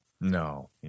No